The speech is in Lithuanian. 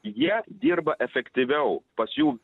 jie dirba efektyviau pas jų